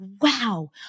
wow